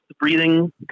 breathing